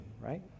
right